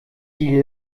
die